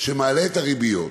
שהוא מעלה את הריביות,